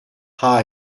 thai